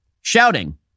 shouting